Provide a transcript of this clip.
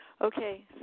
Okay